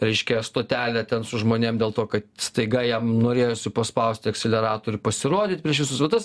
raiškia stotelę ten su žmonėm dėl to kad staiga jam norėjosi paspausti akceleratorių pasirodyt prieš visus o tas